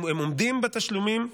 אם הם עומדים בתשלומים,